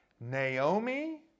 Naomi